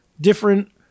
different